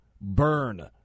burn